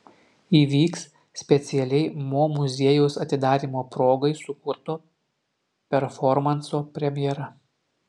įvyks specialiai mo muziejaus atidarymo progai sukurto performanso premjera